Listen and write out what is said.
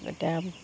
এতিয়া